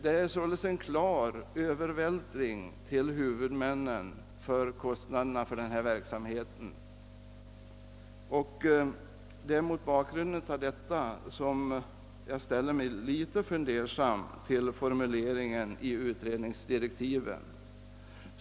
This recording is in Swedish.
Det är således en klar övervältring på huvudmännen av kostnaderna för denna verksamhet. Mot bakgrunden av detta ställer jag mig undrande till formuleringen i utredningsdirektiven.